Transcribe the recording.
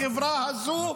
בחברה הזו,